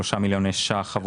הם